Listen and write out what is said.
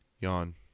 yawn